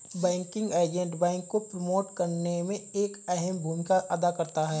banking agent bank को promote करने में एक अहम भूमिका अदा करता है